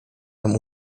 nam